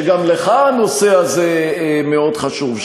שגם לך הנושא הזה מאוד חשוב,